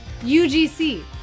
UGC